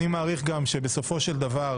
אני מעריך שבסופו של דבר